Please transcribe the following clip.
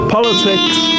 Politics